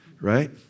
Right